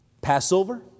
Passover